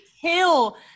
kill